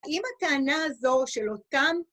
האם הטענה הזו של אותם